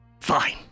fine